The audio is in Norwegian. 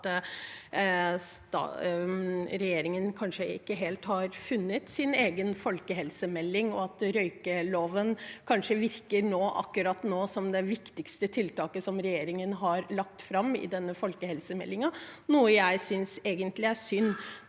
at regjeringen kanskje ikke helt har funnet sin egen folkehelsemelding, og at røykeloven akkurat nå kanskje virker som det viktigste tiltaket som regjeringen har lagt fram i denne folkehelsemeldingen, noe jeg synes egentlig er synd.